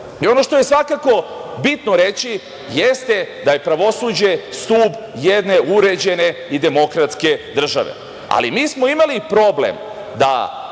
što je svakako bitno reći jeste da je pravosuđe stub jedne uređene i demokratske države. Ali, mi smo imali problem da